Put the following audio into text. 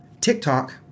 TikTok